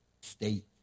state